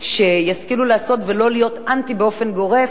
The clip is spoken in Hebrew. שישכילו לעשות ולא להיות אנטי באופן גורף.